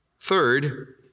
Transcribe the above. Third